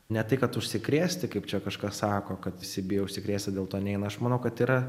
ne tai kad užsikrėsti kaip čia kažkas sako kad visi bijo užsikrėsti dėl to neina aš manau kad yra